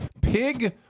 Pig